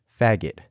faggot